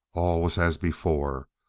all was as before.